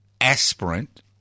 aspirant